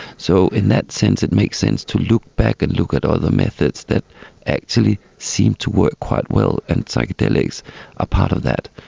so in that sense it makes sense to look back and look at all the methods that actually seem to work quite well, and psychedelics are ah part of that.